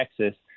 Texas